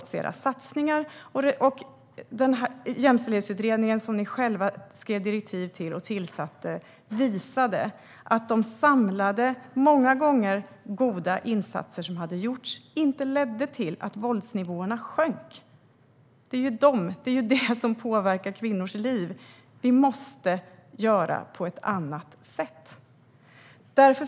Den jämställdhetsutredning som ni själva skrev direktiv till och tillsatte visade att de samlade, många gånger goda, insatser som hade gjorts inte ledde till att våldsnivåerna sjönk. Och det är dessa som påverkar kvinnors liv. Vi måste göra det hela på ett annat sätt.